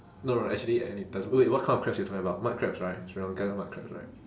no no actually any ty~ wait what kind of crabs you talking about mud crabs right sri lankan mud crabs right